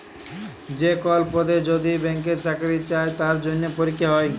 যে কল পদে যদি ব্যাংকে চাকরি চাই তার জনহে পরীক্ষা হ্যয়